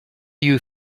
you